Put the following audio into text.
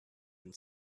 been